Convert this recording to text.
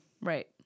right